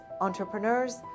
entrepreneurs